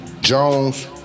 Jones